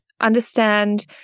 understand